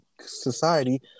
society